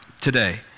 today